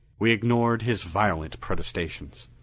we ignored his violent protestations.